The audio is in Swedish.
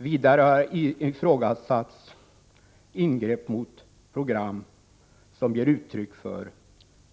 Vidare har ifrågasatts ingrepp mot program som ger uttryck för